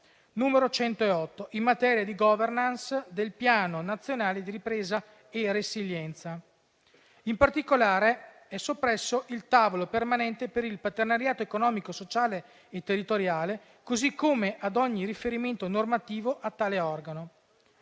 n. 108, in materia di *governance* del Piano nazionale di ripresa e resilienza. In particolare, è soppresso il tavolo permanente per il partenariato economico, sociale e territoriale, così come ogni riferimento normativo a tale organo.